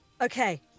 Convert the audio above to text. okay